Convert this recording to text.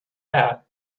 back